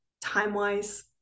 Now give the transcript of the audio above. time-wise